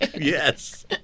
yes